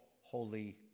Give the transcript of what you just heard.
holy